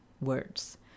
words